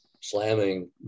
slamming